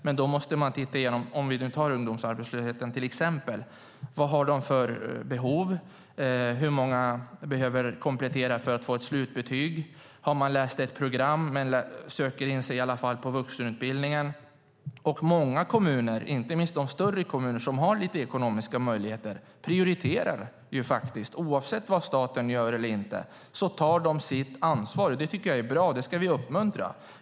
Men om man nu tar ungdomsarbetslösheten som exempel måste man titta igenom vad de har för behov, hur många som behöver komplettera för att få ett slutbetyg och hur många som har läst ett program men i alla fall söker sig in på vuxenutbildningen. Många kommuner, inte minst de större kommuner som har ekonomiska möjligheter, prioriterar och tar sitt ansvar oavsett vad staten gör eller inte gör, och det tycker jag är bra. Det ska vi uppmuntra.